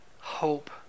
hope